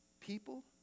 people